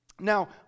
Now